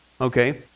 okay